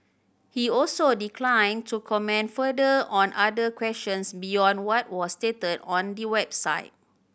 he also declined to comment further on other questions beyond what was stated on the website